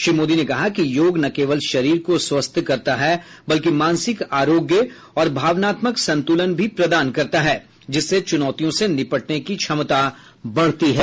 श्री मोदी ने कहा कि योग न केवल शरीर को स्वस्थ करता है बल्कि मानसिक आरोग्य और भावनात्मक संतुलन भी प्रदान करता है जिससे चुनौतियों से निपटने की क्षमता बढ़ती है